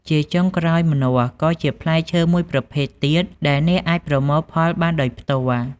ជាចុងក្រោយ ម្នាស់ក៏ជាផ្លែឈើមួយប្រភេទទៀតដែលអ្នកអាចប្រមូលផលបានដោយផ្ទាល់។